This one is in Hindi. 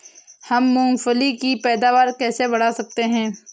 हम मूंगफली की पैदावार कैसे बढ़ा सकते हैं?